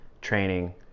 training